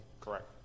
Correct